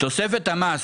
תוספת המס